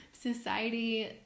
society